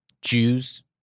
Jews